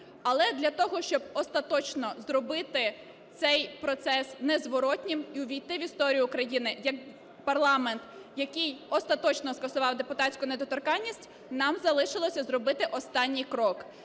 Але для того, щоб остаточно зробити цей процес незворотнім і увійти в історію України як парламент, який остаточно скасував депутатську недоторканність, нам залишилося зробити останній крок